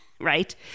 right